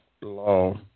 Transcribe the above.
law